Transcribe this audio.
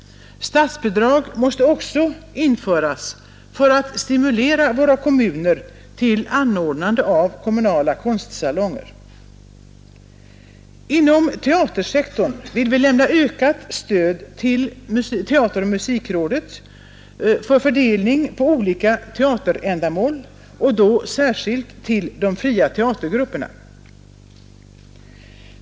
Statsbidrag måste också införas för att stimulera kommunerna till anordnande av kommunala konstsalonger. Inom teatersektorn vill vi lämna ökat ekonomiskt stöd till teateroch musikrådet för fördelning på olika teaterändamål och då särskilt till de fria teatergrupperna.